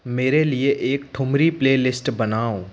मेरे लिए एक ठुमरी प्लेलिस्ट बनाओ